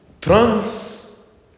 Trans